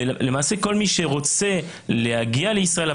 ולמעשה כל מי שרוצה להגיע לישראל,